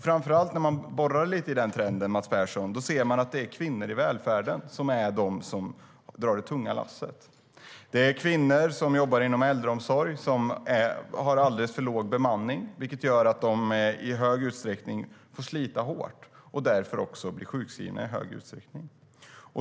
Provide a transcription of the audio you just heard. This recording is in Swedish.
Framför allt när man borrar lite i den trenden, Mats Persson, ser man att det är kvinnor i välfärden som är de som drar det tunga lasset. Det är kvinnor som jobbar inom äldreomsorg som har alldeles för låg bemanning. Det gör att de i högre utsträckning får slita hårt och därför också blir sjukskrivna i högre utsträckning.